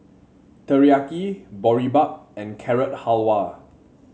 Teriyaki Boribap and Carrot Halwa